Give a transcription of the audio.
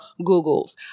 Googles